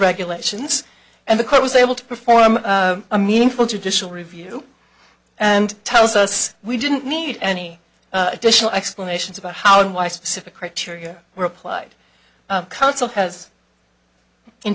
regulations and the court was able to perform a meaningful judicial review and tells us we didn't need any additional explanations about how and why specific criteria were applied council has in